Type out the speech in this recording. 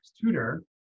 Tutor